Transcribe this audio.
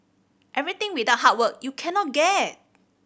everything without hard work you cannot get